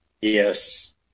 Yes